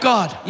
God